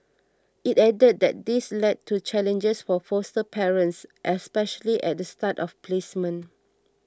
he added that this led to challenges for foster parents especially at the start of placement